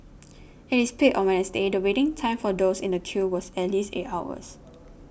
at its peak on Wednesday the waiting time for those in the queue was at least eight hours